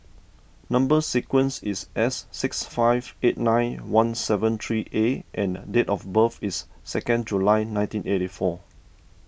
Number Sequence is S six five eight nine one seven three A and date of birth is second July nineteen eighty four